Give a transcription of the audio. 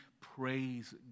praise